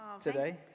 today